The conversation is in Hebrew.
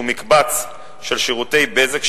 שהוא מקבץ של שירותי בזק,